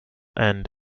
end